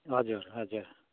हजुर हजुर